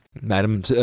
Madam